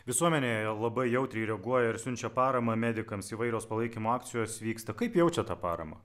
visuomenė labai jautriai reaguoja ir siunčia paramą medikams įvairios palaikymo akcijos vyksta kaip jaučia tą paramą